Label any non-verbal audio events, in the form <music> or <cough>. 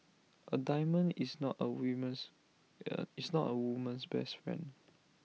A diamond is not A woman's <hesitation> is not A woman's best friend